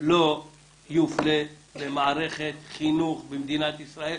לא יופלה במערכת חינוך במדינת ישראל,